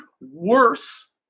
worse